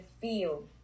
feel